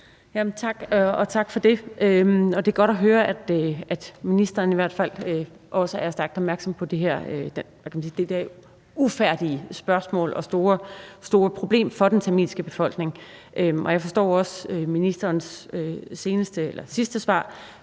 tak for det. Det er godt at høre, at ministeren i hvert fald også er stærkt opmærksom på det her ufærdige spørgsmål og store problem for den tamilske befolkning. Jeg forstår også ministerens sidste svar,